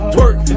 work